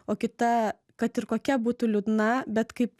o kita kad ir kokia būtų liūdna bet kaip